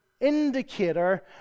indicator